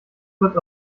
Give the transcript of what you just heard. wird